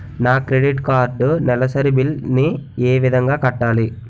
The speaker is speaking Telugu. నా క్రెడిట్ కార్డ్ నెలసరి బిల్ ని ఏ విధంగా కట్టాలి?